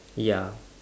ya